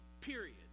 period